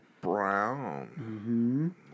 Brown